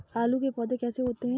आलू के पौधे कैसे होते हैं?